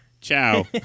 Ciao